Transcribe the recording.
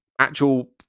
actual